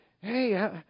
hey